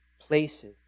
places